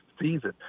season